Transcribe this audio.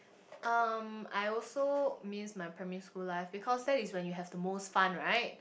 um I also miss my primary school life because that was when you have the most fun right